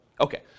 Okay